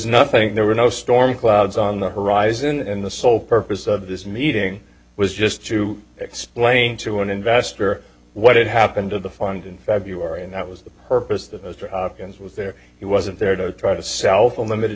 nothing there were no storm clouds on the horizon and the sole purpose of this meeting was just to explain to an investor what had happened to the fund in february and that was the purpose that was there he wasn't there to try to sell for a limited